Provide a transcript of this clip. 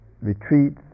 retreats